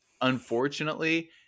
unfortunately